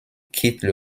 quittent